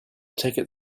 ticket